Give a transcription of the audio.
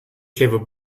clever